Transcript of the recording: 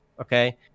okay